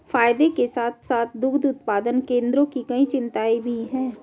फायदे के साथ साथ दुग्ध उत्पादन केंद्रों की कई चिंताएं भी हैं